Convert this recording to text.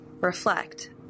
REFLECT